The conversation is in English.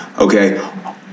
okay